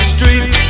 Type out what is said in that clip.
Street